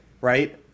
Right